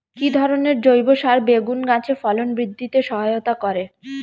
কি ধরনের জৈব সার বেগুন গাছে ফলন বৃদ্ধিতে সহায়তা করে?